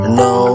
no